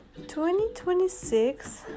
2026